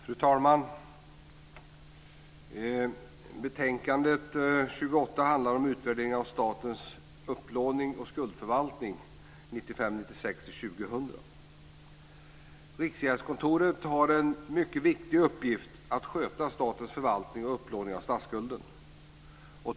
Fru talman! Betänkandet FiU28 handlar om utvärdering av statens upplåning och skuldförvaltning Riksgäldskontoret har en mycket viktig uppgift i att sköta statens förvaltning och upplåning av statsskulden.